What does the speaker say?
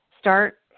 start